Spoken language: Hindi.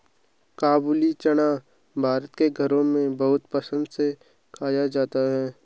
काबूली चना भारत के घरों में बहुत पसंद से खाया जाता है